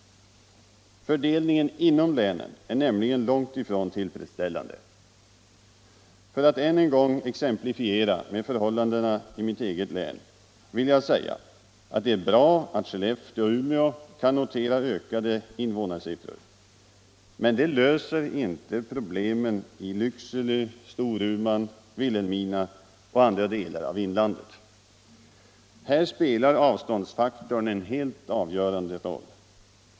Fördelningen inom länen är nämligen långt ifrån tillfredsställande. För att än en gång exemplifiera med förhållandena i mitt eget län vill jag säga att det är bra att Skellefteå och Umeå kan notera ökade invånarsiffror, men det löser inte problemen i Lycksele, Storuman, Vilhelmina och andra delar av inlandet. Här spelar avståndsfaktorn en helt avgörande roll.